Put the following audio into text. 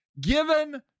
given